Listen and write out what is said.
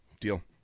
Deal